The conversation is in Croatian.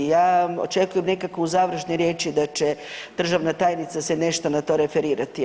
Ja očekujem nekakve završne riječi da će državna tajnica se nešto na to referirati.